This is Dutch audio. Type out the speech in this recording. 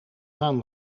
haan